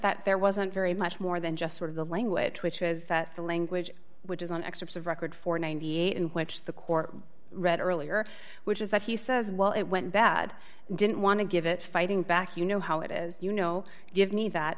that there wasn't very much more than just sort of the language which is that the language which is on excerpts of record for ninety eight dollars in which the court read earlier which is that he says well it went bad didn't want to give it fighting back you know how it is you know give me that